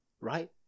right